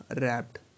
Wrapped